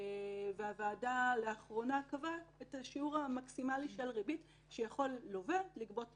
והוועדה לאחרונה קבעה את השיעור המקסימלי של ריבית שיכול מלווה לגבות